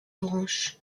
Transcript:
branches